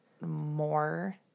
more